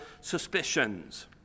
suspicions